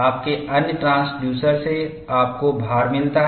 आपके अन्य ट्रांसड्यूसर से आपको भार मिलता है